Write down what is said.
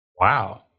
Wow